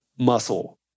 muscle